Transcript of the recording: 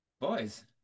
Boys